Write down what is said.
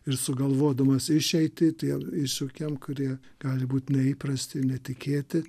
ir sugalvodamas išeitį tiem iššūkiam kurie gali būti neįprasti ir netikėti